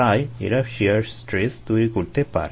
তাই এরা shear stress তৈরি করতে পারে